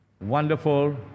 Wonderful